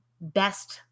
best